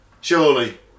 Surely